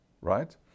right